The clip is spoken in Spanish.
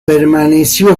permaneció